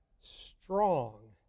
strong